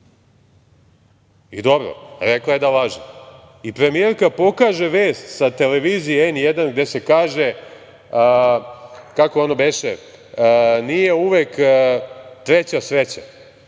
Dobro, rekla je da laže i premijerka pokaže vest sa televizije N1 gde se kaže, kako ono beše, nije uvek treća sreća